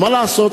מה לעשות,